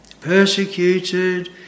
Persecuted